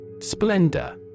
SPLENDOR